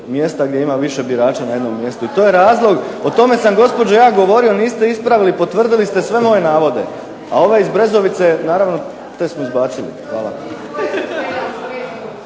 mjesta gdje ima više birača na jednom mjestu. I to je razlog, o tome sam gospođo ja govorio. Niste ispravili, potvrdili ste sve moje navode. A ove iz Brezovice, naravno te su izbacili. Hvala.